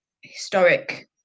historic